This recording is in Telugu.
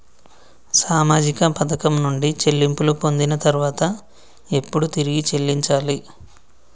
సామాజిక పథకం నుండి చెల్లింపులు పొందిన తర్వాత ఎప్పుడు తిరిగి చెల్లించాలి?